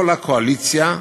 כל הקואליציה מאובנת,